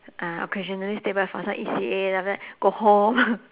uh occasionally stay back for some E_C_A then after that go home